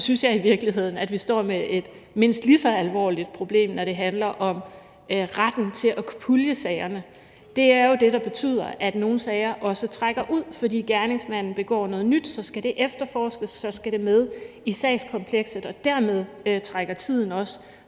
så synes jeg i virkeligheden, at vi står med et mindst lige så alvorligt problem, når det handler om retten til at kunne pulje sagerne. Det er jo det, der betyder, at nogle sager også trækker ud: Fordi gerningsmanden begår noget nyt, skal det efterforskes, og så skal det med i sagskomplekset. Dermed trækkes tiden også